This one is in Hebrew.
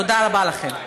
תודה רבה לכם.